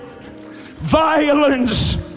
violence